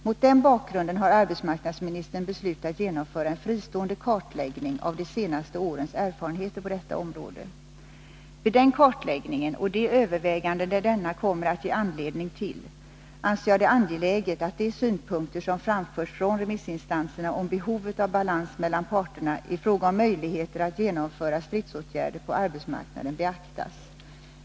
Mot den bakgrunden har arbetsmarknadsmi nistern beslutat genomföra en fristående kartläggning av de senaste årens erfarenheter på detta område. Vid den kartläggningen och de överväganden denna kommer att ge anledning till anser jag det angeläget att de synpunkter som framförts från remissinstanserna om behovet av balans mellan parterna i fråga om möjligheter att genomföra stridsåtgärder på arbetsmarknaden beaktas.